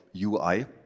UI